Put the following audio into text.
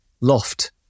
loft